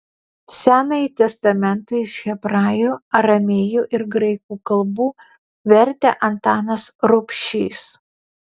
senąjį testamentą iš hebrajų aramėjų ir graikų kalbų vertė antanas rubšys